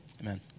Amen